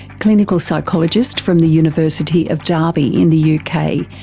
clinical psychologist from the university of derby in the yeah kind of